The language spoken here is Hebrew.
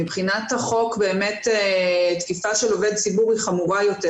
מבחינת החוק באמת תקיפה של עובד ציבור היא חמורה יותר